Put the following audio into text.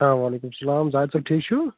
اَسلام وعلیکُم اسلام زاہد صٲب ٹھیٖک چھِو